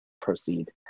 proceed